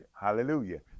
hallelujah